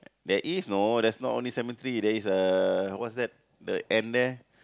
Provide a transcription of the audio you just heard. there is no there's not only cemetery there is a what's that the end there